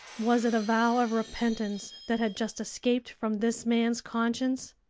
was it a vow of repentance that had just escaped from this man's conscience?